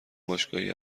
باشگاهی